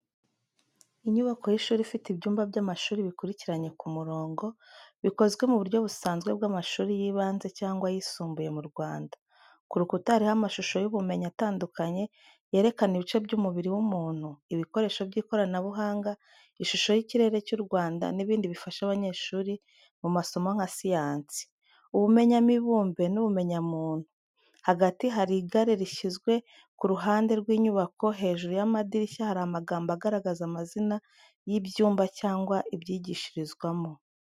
Inyubako y’ishuri rifite ibyumba by’amashuri bikurikiranye ku murongo, bikozwe mu buryo busanzwe bw’amashuri y’ibanze cyangwa ayisumbuye mu Rwanda. Ku rukuta hariho amashusho y’ubumenyi atandukanye yerekana ibice by’umubiri w’umuntu, ibikoresho by’ikoranabuhanga, ishusho y’ikirere cy’u Rwanda, n’ibindi bifasha abanyeshuri mu masomo nka siyansi, ubumenyamibumbe n’ubumenyamuntu. Hagati hari igare rishyizwe ku ruhande rw’inyubako. Hejuru y’amadirishya hari amagambo agaragaza amazina y’ibyumba cyangwa ibyigishirizwamo.